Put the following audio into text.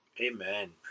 Amen